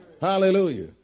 Hallelujah